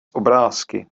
obrázky